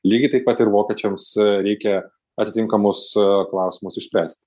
lygiai taip pat ir vokiečiams reikia atitinkamus klausimus išspręsti